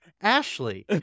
Ashley